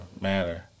matter